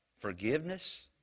Forgiveness